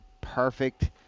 perfect